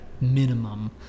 minimum